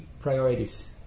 priorities